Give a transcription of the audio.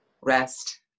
rest